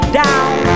down